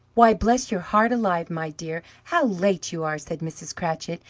why, bless your heart alive, my dear, how late you are! said mrs. cratchit,